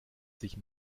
sich